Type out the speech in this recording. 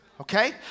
okay